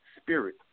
spirit